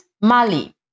Mali